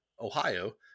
Ohio